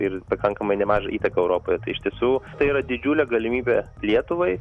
ir pakankamai nemažą įtaką europoje tai iš tiesų tai yra didžiulė galimybė lietuvai